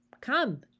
Come